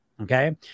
okay